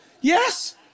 Yes